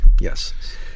yes